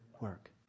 work